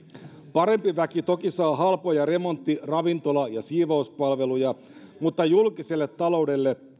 parempi väki toki saa halpoja remontti ravintola ja siivouspalveluja mutta julkiselle taloudelle